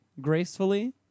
gracefully